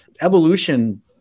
Evolution